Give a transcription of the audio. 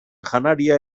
janaria